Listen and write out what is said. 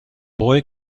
boy